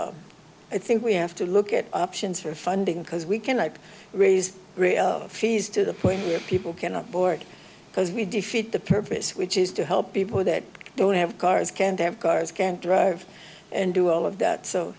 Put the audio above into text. so i think we have to look at options for funding because we can like raise fees to the point here people cannot board because we defeat the purpose which is to help people that don't have cars can't have cars can't drive and do all of that so